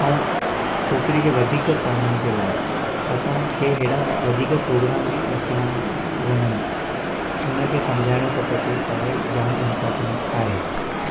ऐं छोकिरी खे वधीक पढ़ण जे लाइ असांखे अहिड़ा वधीक प्रोग्राम बि रखणा वञनि के हुनखे सम्झाइणो खपे के पढ़ाई जाम इम्पोटंट्स आहे